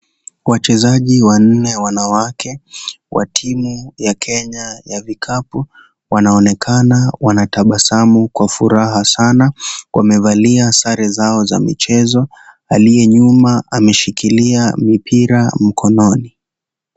Wachezaji wanne wanawake wa timu ya Kenya ya vikapu, wanaonekana wanatabasamu kwa furaha sana . Wamevalia sare zao za michezo. Aliye nyuma ameshikilia mipira mkononi.